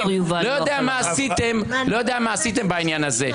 לא יודע מה עשיתם בעניין הזה.